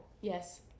Yes